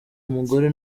umugore